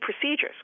procedures